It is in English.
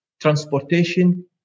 transportation